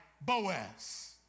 Boaz